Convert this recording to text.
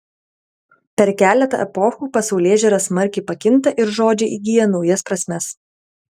per keletą epochų pasaulėžiūra smarkiai pakinta ir žodžiai įgyja naujas prasmes